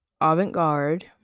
avant-garde